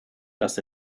das